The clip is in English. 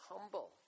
humble